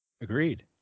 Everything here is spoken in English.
agreed